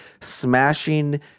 smashing